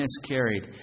miscarried